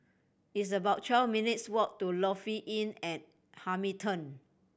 it's about twelve minutes' walk to Lofi Inn at Hamilton